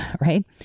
right